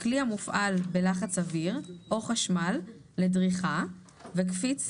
כלי המופעל בלחץ אוויר או חשמל לדריכה וקפיץ